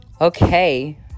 Okay